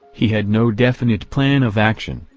he had no definite plan of action,